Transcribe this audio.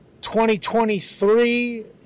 2023